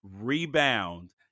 rebound